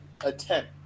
attempt